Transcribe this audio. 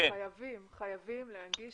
להפעיל